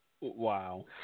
Wow